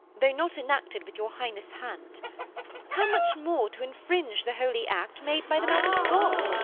though not enacted with your highness' hand how much more, to infringe the holy act, made by the mouth of god,